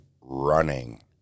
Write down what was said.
running